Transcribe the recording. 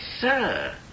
sir